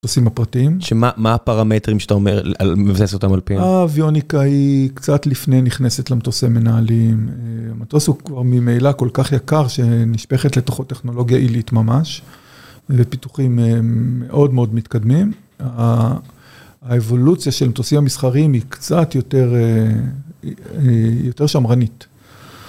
מטוסים הפרטיים. שמה הפרמטרים שאתה אומר על מבנה סטרטמולפין? האוויוניקה היא קצת לפני נכנסת למטוסי מנהלים. המטוס הוא כבר ממילה כל כך יקר שנשפכת לתוכו טכנולוגיה עילית ממש, ופיתוחים מאוד מאוד מתקדמים. האבולוציה של מטוסי המסחרים היא קצת יותר שמרנית.